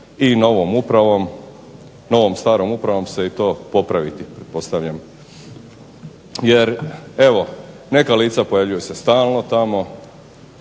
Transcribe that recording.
i novom upravom, novom starom upravom se i to popraviti pretpostavljam. Jer evo neka lica pojavljuju se stalno tamo